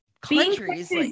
countries